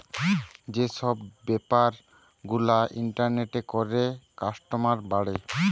যে সব বেপার গুলা ইন্টারনেটে করে কাস্টমার বাড়ে